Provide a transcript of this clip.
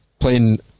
Playing